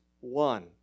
one